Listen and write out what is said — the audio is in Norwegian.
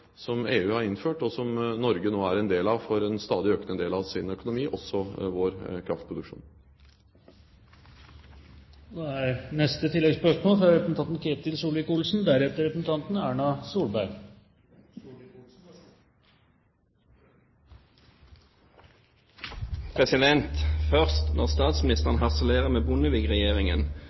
som EU har innført, og som Norge nå er en del av for en stadig økende del av sin økonomi, også vår kraftproduksjon. Ketil Solvik-Olsen – til oppfølgingsspørsmål. Først: Når statsministeren harselerer med